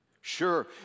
Sure